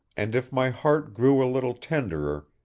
and if my heart grew a little tenderer,